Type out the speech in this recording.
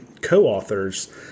co-authors